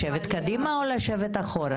לשבת קדימה או לשבת אחורה?